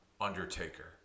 Undertaker